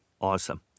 Awesome